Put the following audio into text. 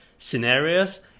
Scenarios